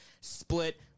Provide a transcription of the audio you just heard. split